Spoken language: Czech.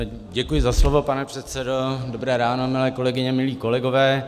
Děkuji za slovo, pane předsedo, dobré ráno, milé kolegyně, milí kolegové.